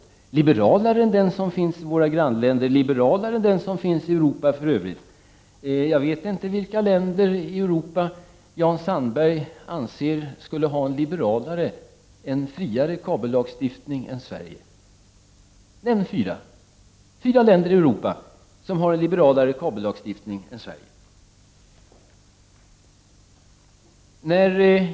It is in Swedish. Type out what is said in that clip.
Den är liberalare än den som finns i våra grannländer och liberalare än motsvarande lag i övriga Europa. Jag vet inte vilka länder i Europa som enligt Jan Sandberg skulle ha en liberalare, en friare kabellagstiftning än Sverige. Nämn fyra länder i Europa som har en liberalare kabellagstiftning än Sverige!